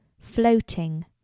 floating